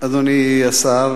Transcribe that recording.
אדוני השר,